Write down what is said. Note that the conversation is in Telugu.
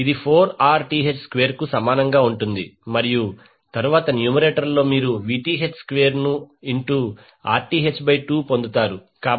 ఇది 4Rth స్క్వేర్కు సమానంగా ఉంటుంది మరియు తరువాత న్యూమరేటర్లో మీరు Vth స్క్వేర్ను ఇంటు Rth2 పొందుతారు